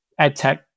EdTech